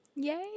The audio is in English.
Yay